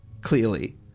clearly